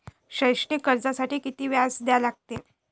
शैक्षणिक कर्जासाठी किती व्याज द्या लागते?